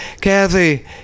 Kathy